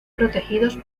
protegidos